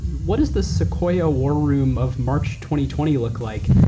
what does the sequoia war room of march twenty twenty look like,